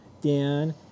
Dan